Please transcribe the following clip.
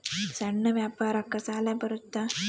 ಸಣ್ಣ ವ್ಯಾಪಾರಕ್ಕ ಸಾಲ ಬರುತ್ತಾ?